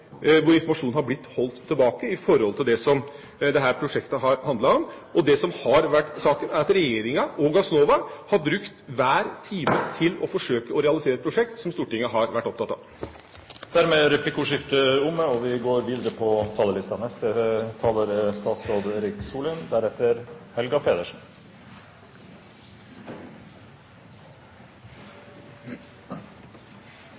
har blitt holdt tilbake i forhold til det som dette prosjektet har handlet om. Og det som er saken, er at regjeringa og Gassnova har brukt hver time til å forsøke å realisere et prosjekt som Stortinget har vært opptatt av. Replikkordskiftet er dermed omme. Siden Terje Riis-Johansen har svart utmerket på